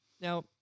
Now